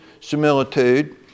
similitude